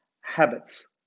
habits